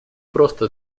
просто